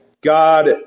God